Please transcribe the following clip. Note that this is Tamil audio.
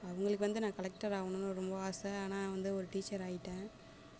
அவர்களுக்கு வந்து நான் கலெக்ட்டராவணுன்னு ரொம்ப ஆசை ஆனால் வந்து ஒரு டீச்சராகிட்டேன்